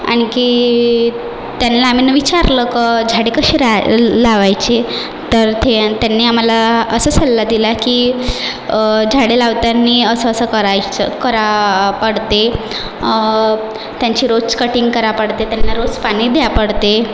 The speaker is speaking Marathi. आणखी त्यानला आम्ही ना विचारलं कं झाडे कशी रा लावायचे तर ते त्यांनी आम्हाला असा सल्ला दिला की झाडे लावतानी असं असं करायचं करा पडते त्यांची रोज कटींग करा पडते त्यांना रोज पाणी द्या पडते